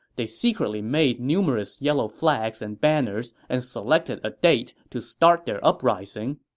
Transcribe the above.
they secretly made numerous yellow flags and banners and selected a date to start their uprising.